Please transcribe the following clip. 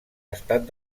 estat